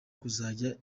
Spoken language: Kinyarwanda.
kuzajya